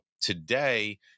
today